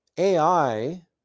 AI